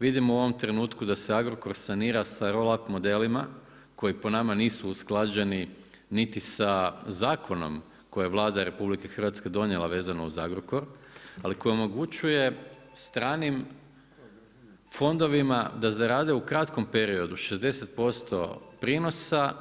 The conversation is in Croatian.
Vidimo u ovom trenutku da se Agrokora sanira sa roll up modelima koji po nama nisu usklađeni niti sa zakonom koji je Vlada RH donijela vezano uz Agrokor ali koji omogućuje stranim fondovima da zarade u kratkom periodu 60% prinosa